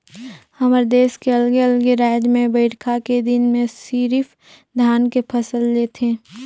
हमर देस के अलगे अलगे रायज में बईरखा के दिन में सिरिफ धान के फसल ले थें